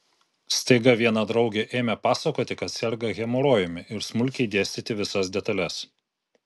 staiga viena draugė ėmė pasakoti kad serga hemorojumi ir smulkiai dėstyti visas detales